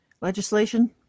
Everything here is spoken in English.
legislation